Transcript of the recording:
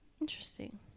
Interesting